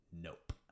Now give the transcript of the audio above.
Nope